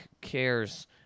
cares